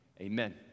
Amen